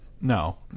No